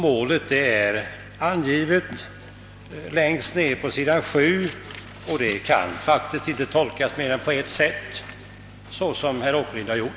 Målet är angivet längst ned på s. 7, och det kan faktiskt inte tolkas mer än på ett sätt, nämligen så som herr Åkerlind här har gjort.